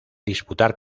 disputar